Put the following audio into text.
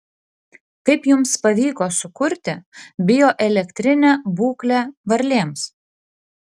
kaip jums pavyko sukurti bioelektrinę būklę varlėms